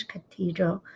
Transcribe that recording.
Cathedral